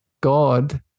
God